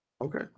Okay